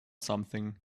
something